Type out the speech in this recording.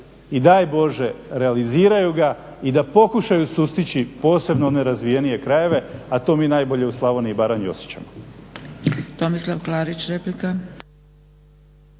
i daj Bože realiziraju ga i da pokušaju sustići posebno one razvijenije krajeve, a to mi najbolje u Slavoniji i Baranji osjećamo.